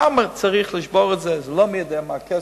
פעם צריך לשבור את זה, זה לא כל כך הרבה כסף.